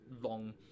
long